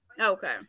Okay